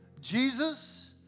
Jesus